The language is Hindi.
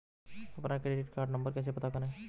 अपना क्रेडिट कार्ड नंबर कैसे पता करें?